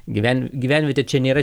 gyven gyvenviete čia nėra